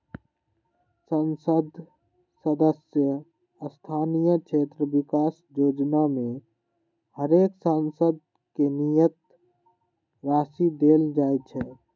संसद सदस्य स्थानीय क्षेत्र विकास जोजना में हरेक सांसद के नियत राशि देल जाइ छइ